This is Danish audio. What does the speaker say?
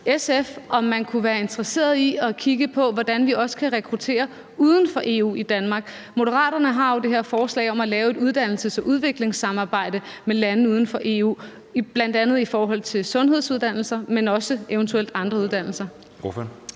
SF, om man kunne være interesseret i at kigge på, hvordan vi i Danmark også kan rekruttere uden for EU. Moderaterne har jo det her forslag om at lave et uddannelses- og udviklingssamarbejde med lande uden for EU, bl.a. i forhold til sundhedsuddannelser, men også eventuelt andre uddannelser.